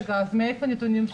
מאיפה הנתונים שלך?